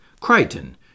Crichton